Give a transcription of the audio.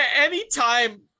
Anytime